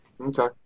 Okay